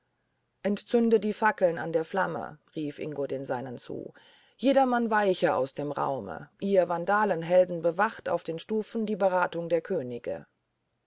entzündet die fackeln an der flamme rief ingo den seinen zu jedermann weiche aus dem raume ihr vandalenhelden bewacht auf den stufen die beratung der könige